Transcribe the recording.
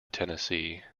tennessee